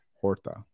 Horta